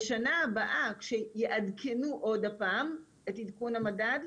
בשנה הבאה כשיעדכנו עוד פעם את עדכון המדד,